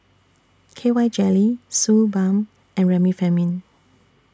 K Y Jelly Suu Balm and Remifemin